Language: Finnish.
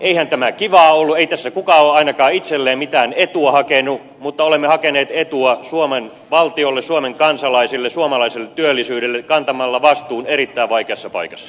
ei tässä kukaan ole ainakaan itselleen mitään etua hakenut mutta olemme hakeneet etua suomen valtiolle suomen kansalaisille suomalaiselle työllisyydelle kantamalla vastuun erittäin vaikeassa paikassa